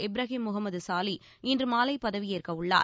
இப்ராஹிம் முகமது சாலி இன்று மாலை பதவியேற்கவுள்ளார்